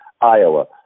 Iowa